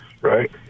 Right